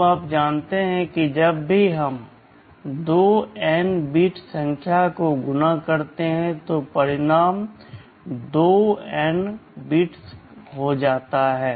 अब आप जानते हैं कि जब भी हम दो n बिट संख्या को गुणा करते हैं तो परिणाम 2n बिट्स हो सकता है